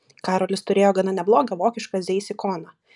karolis turėjo gana neblogą vokišką zeiss ikoną